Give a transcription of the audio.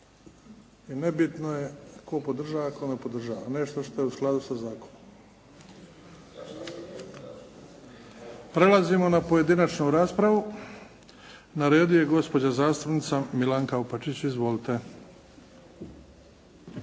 i nebitno je tko podržava tko ne podržava nešto što je u skladu sa zakonom. Prelazimo na pojedinačnu raspravu. Na redu je gospođa zastupnica Milanka Opačić. Izvolite.